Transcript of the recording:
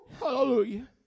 Hallelujah